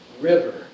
river